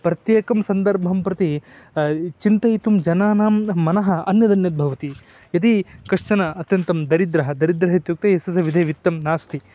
प्रत्येकं सन्दर्भं प्रति चिन्तयितुं जनानां मनः अन्यदन्यद् भवति यदि कश्चन अत्यन्तं दरिद्रः दरिद्रः इत्युक्ते यस्य सविधे वित्तं नास्ति